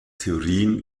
theorien